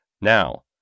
now